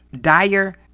dire